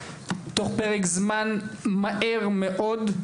תוך פרק זמן מהר מאוד.